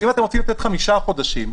אם אתם רוצים לתת חמישה חודשים,